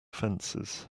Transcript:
fences